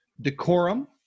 Decorum